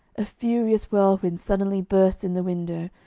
a furious whirlwind suddenly burst in the window,